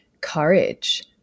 courage